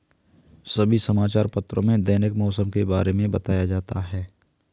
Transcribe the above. सभी समाचार पत्रों में दैनिक मौसम के बारे में बताया जाता है